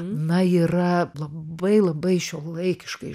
na yra labai labai šiuolaikiškai